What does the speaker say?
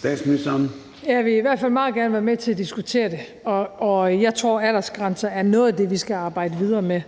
Frederiksen): Jeg vil i hvert fald meget gerne være med til at diskutere det, og jeg tror, at aldersgrænser er noget af det, vi skal arbejde videre med.